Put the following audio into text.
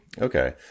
Okay